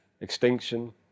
extinction